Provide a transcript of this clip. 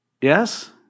Yes